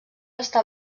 està